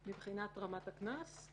מבחינת רמת הקנס?